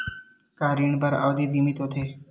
का ऋण बर अवधि सीमित होथे?